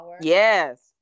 Yes